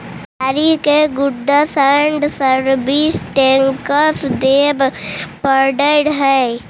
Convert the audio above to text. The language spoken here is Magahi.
व्यापारि के गुड्स एंड सर्विस टैक्स देवे पड़ऽ हई